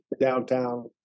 downtown